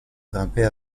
grimper